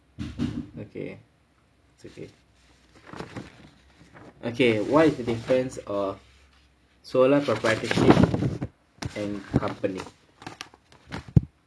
okay it's okay okay what is the difference of sole proprietorship and company